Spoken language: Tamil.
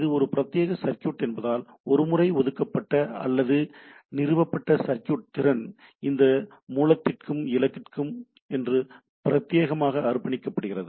இது ஒரு பிரத்யேக சர்க்யூட் என்பதால் ஒரு முறை ஒதுக்கப்பட்ட அல்லது நிறுவப்பட்ட சர்க்யூட் திறன் இந்த மூலத்திற்கும் இலக்குக்கும் என்று பிரத்தியேகமாக அர்ப்பணிக்கப்படுகிறது